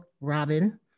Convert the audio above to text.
robin